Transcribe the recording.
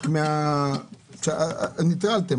נטרלתם,